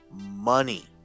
money